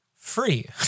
free